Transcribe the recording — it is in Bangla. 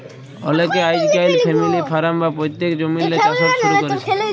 অলেকে আইজকাইল ফ্যামিলি ফারাম বা পৈত্তিক জমিল্লে চাষট শুরু ক্যরছে